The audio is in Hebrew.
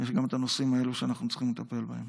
יש גם את הנושאים האלה שאנחנו צריכים לטפל בהם.